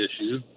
issue